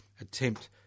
attempt